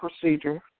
procedure